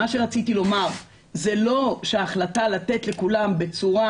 מה שרציתי לומר זה שההחלטה לתת לכולם בצורה